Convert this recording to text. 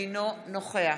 אינו נוכח